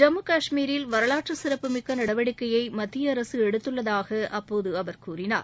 ஜம்மு கஷ்மீரில் வரவாற்று சிறப்புமிக்க நடவடிக்கையை மத்திய அரசு எடுத்துள்ளதாக அப்போது அவர் கூறினார்